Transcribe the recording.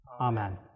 Amen